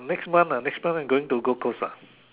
next month ah next month we're going to gold coast ah